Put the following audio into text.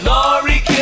Laurie